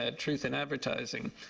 ah truth in advertising.